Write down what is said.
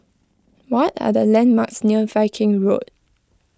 what are the landmarks near Viking Road